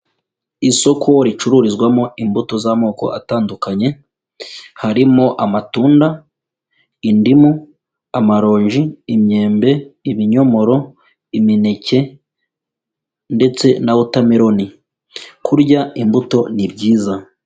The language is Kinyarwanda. Isoko ricururizwamo imbuto z'amoko atandukanye, harimo amatunda, indimu, amaronji, imyembe, ibinyomoro, imineke ndetse na wotameroni. Kurya imbuto ni byiza.